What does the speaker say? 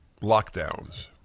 lockdowns